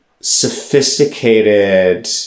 sophisticated